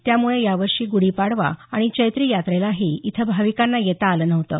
त्यामुळे यावर्षी गुढीपाडवा आणि चैत्री यात्रेलाही इथं भाविकांना येता आलं नव्हतं